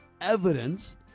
evidence